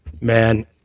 Man